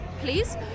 please